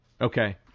Okay